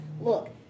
look